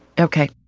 Okay